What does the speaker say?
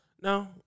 No